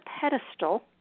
pedestal